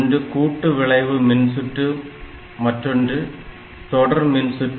ஒன்று கூட்டு விளைவு மின்சுற்று மற்றொன்று தொடர்மின்சுற்று